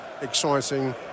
exciting